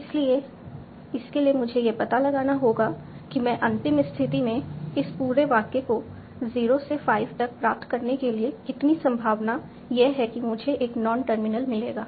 इसलिए इसके लिए मुझे यह पता लगाना होगा कि मैं अंतिम स्थिति में इस पूरे वाक्य को 0 से 5 तक प्राप्त करने के लिए कितनी संभावना यह है कि मुझे एक नॉन टर्मिनल मिलेगा